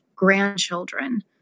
grandchildren